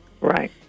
Right